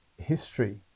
history